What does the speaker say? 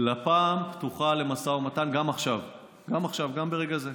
לפ"מ פתוחה למשא ומתן גם עכשיו, גם ברגע זה,